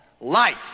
life